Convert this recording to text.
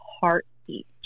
heartbeat